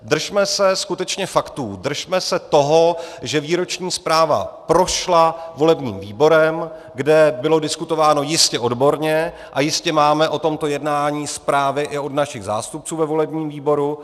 Držíme se skutečně faktů, držme se toho, že výroční zpráva prošla volebním výborem, kde bylo diskutováno jistě odborně, a jistě máme o tomto jednání zprávy i od našich zástupců ve volebním výboru.